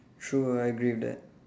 true I agree with that